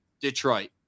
detroit